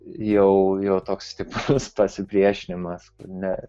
jau jo toks stiprus pasipriešinimas ne